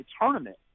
tournament